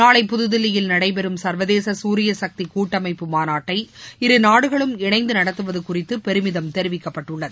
நாளை புதுதில்லியில் நடைபெறும் சர்வதேச சூரிய சக்தி கூட்டமைப்பு மாநாட்டை நாடுகளும் இணைந்து நடத்துவது குறித்து பெருமிதம் இரு தெரிவிக்கப்பட்டுள்ளது